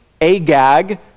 Agag